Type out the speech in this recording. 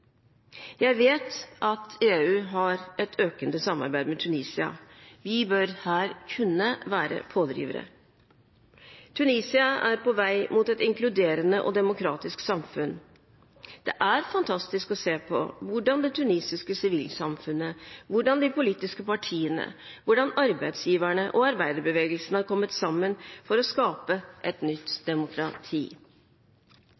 Jeg vet at EU har et økende samarbeid med Tunisia. Vi bør her kunne være pådrivere. Tunisia er på vei mot et inkluderende og demokratisk samfunn. Det er fantastisk å se hvordan det tunisiske sivilsamfunnet, de politiske partiene, arbeidsgiverne og arbeiderbevegelsen har kommet sammen for å skape et nytt